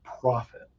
profit